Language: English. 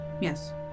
Yes